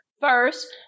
First